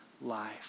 life